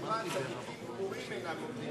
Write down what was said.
בתשובה צדיקים גמורים אינם עומדים.